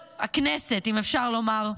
הכנסת, אם אפשר לומר,